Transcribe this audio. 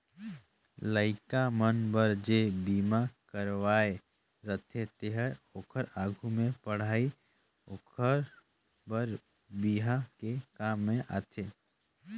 लइका मन बर जे बिमा करवाये रथें तेहर ओखर आघु के पढ़ई ओखर बर बिहा के काम में आथे